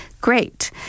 Great